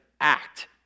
act